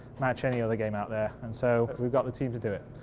match any other game out there, and so we got the team to do it.